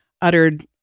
uttered